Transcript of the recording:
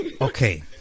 Okay